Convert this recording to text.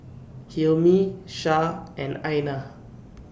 Hilmi Shah and Aina